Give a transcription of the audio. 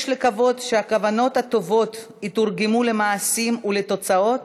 יש לקוות שהכוונות הטובות יתורגמו למעשים ולתוצאות